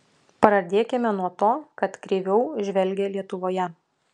pradėkime nuo to kad kreiviau žvelgia lietuvoje